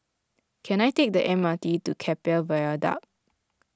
can I take the M R T to Keppel Viaduct